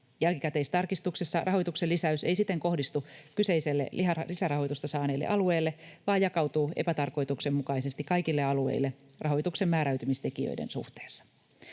Jälkikäteistarkistuksessa rahoituksen lisäys ei siten kohdistu kyseiselle lisärahoitusta saaneelle alueelle, vaan jakautuu epätarkoituksenmukaisesti kaikille alueille rahoituksen määräytymistekijöiden suhteessa.